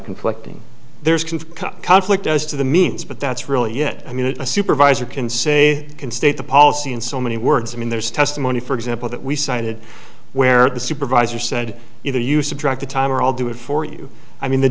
conflicting there's can conflict as to the means but that's really yet i mean a supervisor can say can state the policy in so many words i mean there's testimony for example that we cited where the supervisor said either you subtract the time or all do it for you i mean the